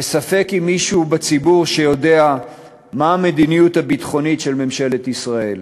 וספק אם יש מישהו בציבור שיודע מהי המדיניות הביטחונית של ממשלת ישראל.